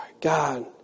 God